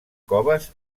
coves